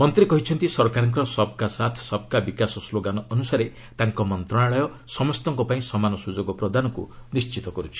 ମନ୍ତ୍ରୀ କହିଛନ୍ତି ସରକାରଙ୍କର ସବ୍କା ସାଥ୍ ସବ୍କା ବିକାଶ୍ ସ୍ଲୋଗାନ୍ ଅନୁସାରେ ତାଙ୍କ ମନ୍ତ୍ରଣାଳୟ ସମସ୍ତଙ୍କ ପାଇଁ ସମାନ ସ୍ରଯୋଗ ପ୍ରଦାନକୁ ନିଶ୍ଚିତ କର୍ତ୍ଛି